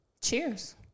Cheers